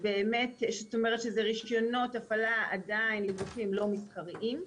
זאת אומרת שזה רישיונות הפעלה עדיין לגופים לא מסחריים.